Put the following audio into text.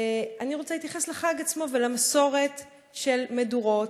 אני רוצה להתייחס לחג עצמו ולמסורת של מדורות,